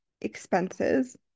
expenses